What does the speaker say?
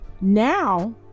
now